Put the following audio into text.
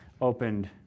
opened